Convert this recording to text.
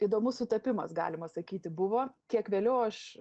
įdomus sutapimas galima sakyti buvo kiek vėliau aš